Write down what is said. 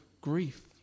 grief